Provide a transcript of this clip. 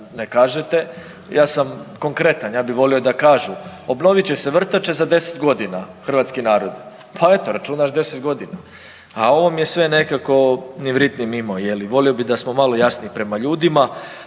ne kažete. Ja sam konkretan ja bi volio da kažu, obnovit će se vrtače za deset godina hrvatski narode, pa eto računaš deset godina, a ovo vam je sve nekako ni vrit ni mimo je li volio bih da smo malo jasniji prema ljudima.